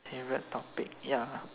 favorite topic ya